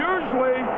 Usually